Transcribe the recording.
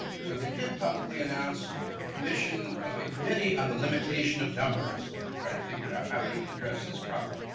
so they did publicly announce the commission of a committee on the limitation of numbers that would try to figure out how to address this problem.